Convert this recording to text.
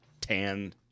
tan